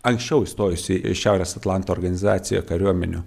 anksčiau įstojusi į šiaurės atlanto organizaciją kariuomenių